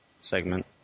segment